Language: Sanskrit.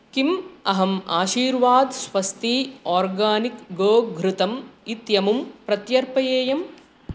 किम् अहम् आशीर्वाद् स्वस्ती आर्गानिक् गोघृतम् इत्यमुं प्रत्यर्पयेयम्